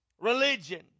religion